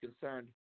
concerned